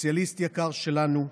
סוציאליסט יקר שלנו,